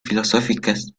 filosóficas